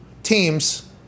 Teams